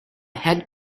head